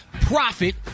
profit